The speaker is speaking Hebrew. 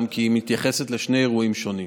כי היא מתייחסת לשני אירועים שונים.